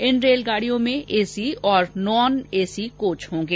इन रेलगाड़ियों में एसी और नॉन एसी कोच होंगे